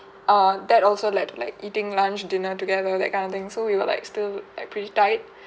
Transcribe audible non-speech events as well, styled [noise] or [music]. err that also led like eating lunch dinner together that kind of thing so we were like still like pretty tight [breath]